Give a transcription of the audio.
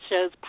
shows